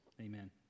Amen